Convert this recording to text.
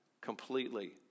completely